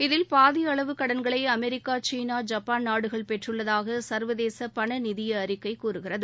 இதில் பாதி அளவு கடன்களை அமெரிக்கா சீனா ஜப்பான் நாடுகள் பெற்றுள்ளதாக சா்வதேச பண நிதிய அறிக்கை கூறுகிறது